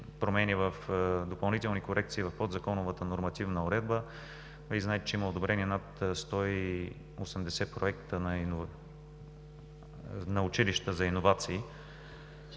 промени, допълнителни корекции в подзаконовата нормативна уредба. Знаете, че има одобрени над 180 проекта на училищата за иновации.